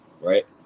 right